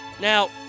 Now